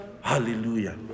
Hallelujah